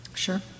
sure